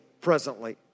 presently